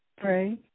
pray